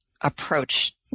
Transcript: approach